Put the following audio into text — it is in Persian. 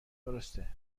درسته